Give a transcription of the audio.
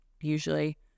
usually